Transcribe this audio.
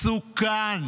מסוכן